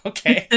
Okay